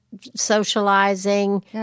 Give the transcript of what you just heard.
socializing